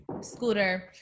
scooter